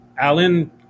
Allen